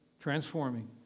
transforming